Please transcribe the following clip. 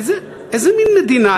איזה מין מדינה?